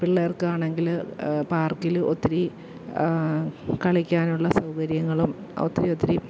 പിള്ളേർക്കാണെങ്കിൽ പാർക്കിൽ ഒത്തിരി കളിക്കാനുള്ള സൗകര്യങ്ങളും ഒത്തിരി ഒത്തിരി